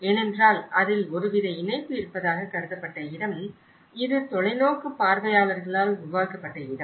ஏனென்றால் அதில் ஒருவித இணைப்பு இருப்பதாக கருதப்பட்ட இடம் இது தொலைநோக்கு பார்வையாளர்களால் உருவாக்கப்பட்ட இடம்